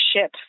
ship